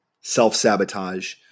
self-sabotage